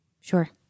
Sure